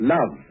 Love